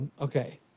Okay